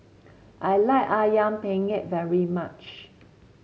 I like ayam penyet very much